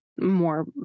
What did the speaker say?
more